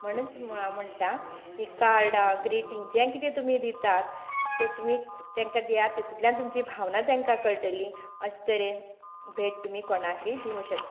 म्हणच हांव म्हणटा हीं कार्डा ग्रिटिंग जें कितें तुमी दितात तें तुमी तेंका दिया तातूंतल्यान तुमची भावनां तेंका कळटली अशे तरेची भेट तुमी कोणाकूय दिवंक शकता